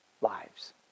Lives